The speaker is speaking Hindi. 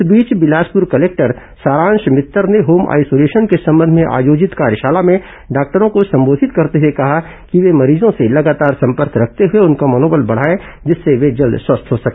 इस बीच बिलासपुर कलेक्टर सारांश मित्तर ने होम आइसोलेशन के संबंध में आयोजित कार्यशाला में डॉक्टरों को संबोधित करते हुए कहा कि वे मरीजों से लगातार संपर्क रखते हुए उनका मनोबल बढ़ाएं जिससे वे जल्द स्वस्थ हो सके